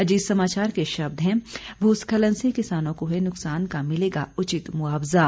अजीत समाचार के शब्द हैं भू स्खलन से किसानों को हुए नुकसान का मिलेगा उचित मुआवजा